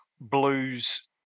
blues